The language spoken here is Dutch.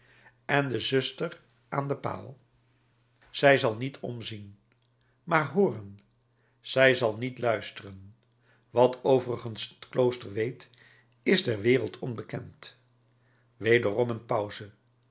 en de zuster aan den paal zij zal niet omzien maar hooren zij zal niet luisteren wat overigens het klooster weet is der wereld onbekend wederom een pauze